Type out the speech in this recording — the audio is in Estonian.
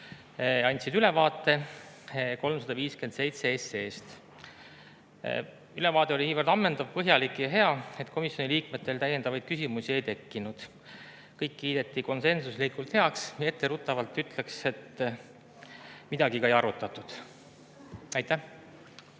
Linnamägi ülevaate 357 SE‑st. Ülevaade oli niivõrd ammendav, põhjalik ja hea, et komisjoni liikmetel täiendavaid küsimusi ei tekkinud. Kõik kiideti konsensuslikult heaks ja etteruttavalt ütlen, et midagi ka ei arutatud. Aitäh!